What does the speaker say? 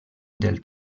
del